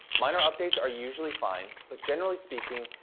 minor updates are usually fine, but generally speaking,